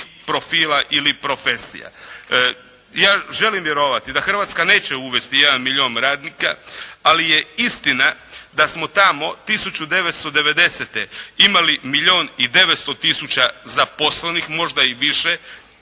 profila ili profesija. Ja želim vjerovati da Hrvatska neće uvesti jedan milijun radnika, ali je istina da smo tamo 1990. imali milijun i 900000 zaposlenih, možda i više.